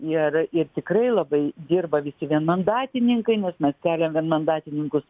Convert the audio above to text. ir ir tikrai labai dirba visi vienmandatininkai nes mes keliam vienmandatininkus